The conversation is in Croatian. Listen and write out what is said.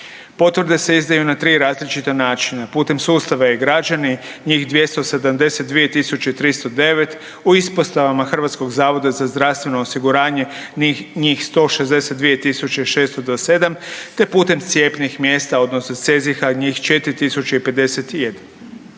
Potvrde se izdaju na različita načina. Putem sustava E-građani, njih 272 309, u ispostavama HZZO-a, njih 162 607 te putem cijepnih mjesta odnosno CEZIH njih 4051.